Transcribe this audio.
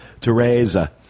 Teresa